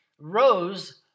rose